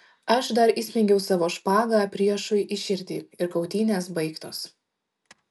aš dar įsmeigiau savo špagą priešui į širdį ir kautynės baigtos